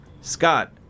Scott